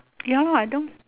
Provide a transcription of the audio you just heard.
ya lah I don't